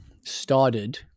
started